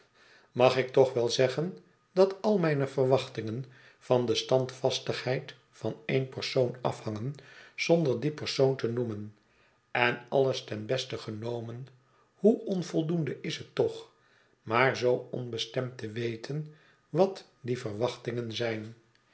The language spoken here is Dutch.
mag ik toch wel zeggen dat al mijne verwachtingen van de stand vast igheid van een persoon afharigen zonder dien persoon te noemen en alles ten beste genomen hoe onvoldoende is het toch maar zoo onbestemd te weten wat die verwachtingen zijn